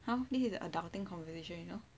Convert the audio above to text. how this is a adulting conversation you know